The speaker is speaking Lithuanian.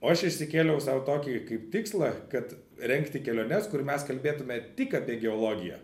o aš išsikėliau sau tokį kaip tikslą kad rengti keliones kur mes kalbėtume tik apie geologiją